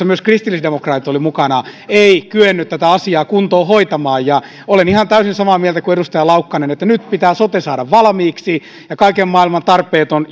myös kristillisdemokraatit olivat mukana ei kyennyt tätä asiaa kuntoon hoitamaan olen ihan täysin samaa mieltä kuin edustaja laukkanen että nyt pitää sote saada valmiiksi ja kaiken maailman tarpeeton